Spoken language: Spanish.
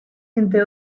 entre